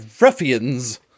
ruffians